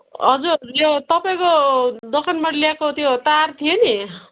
हजुर हजुर यो तपाईँको दोकानबाट ल्याएको त्यो तार थियो नि